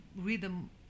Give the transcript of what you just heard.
rhythm